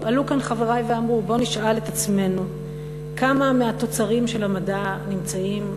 עלו כאן חברי ואמרו: בואו נשאל את עצמנו כמה מהתוצרים של המדע נמצאים,